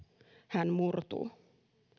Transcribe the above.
hän murtuu